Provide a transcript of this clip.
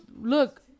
Look